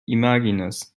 imagines